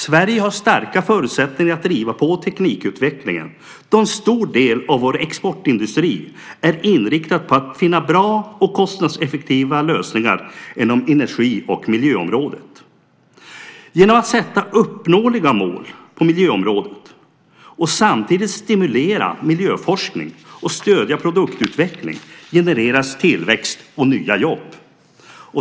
Sverige har starka förutsättningar att driva på teknikutvecklingen då en stor del av vår exportindustri är inriktad på att finna bra och kostnadseffektiva lösningar på energi och miljöområdet. Genom att sätta uppnåeliga mål på miljöområdet och samtidigt stimulera miljöforskning och stödja produktutveckling genereras tillväxt och nya jobb.